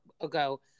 ago